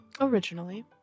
Originally